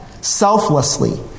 selflessly